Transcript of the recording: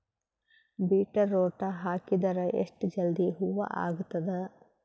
Beetroot ಹಾಕಿದರ ಎಷ್ಟ ಜಲ್ದಿ ಹೂವ ಆಗತದ?